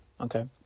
Okay